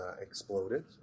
exploded